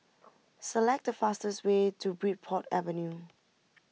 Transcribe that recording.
select the fastest way to Bridport Avenue